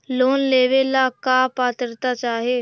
Loan लेवेला का पात्रता चाही?